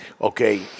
okay